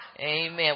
Amen